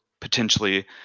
potentially